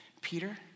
Peter